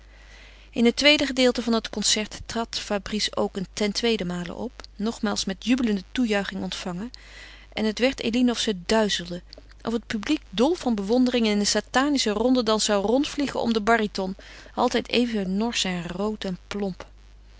in het tweede gedeelte van het concert trad fabrice ook ten tweede male op nogmaals met jubelende toejuiching ontvangen en het werd eline of ze duizelde of het publiek dol van bewondering in een satanischen rondedans zou rondvliegen om den baryton altijd even norsch en rood en plomp